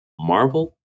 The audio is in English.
Marvel